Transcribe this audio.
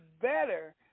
better